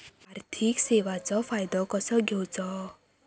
आर्थिक सेवाचो फायदो कसो घेवचो?